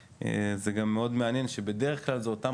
וזה גם מאוד מעניין שבדרך כלל אלה אותם